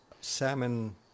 salmon